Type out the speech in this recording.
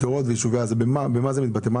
במה זה מתבטא?